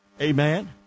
amen